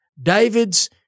David's